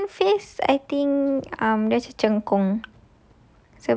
kalau chicken face I think um rasa cengkung